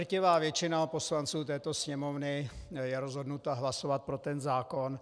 Drtivá většina poslanců této Sněmovny je rozhodnuta hlasovat pro ten zákon.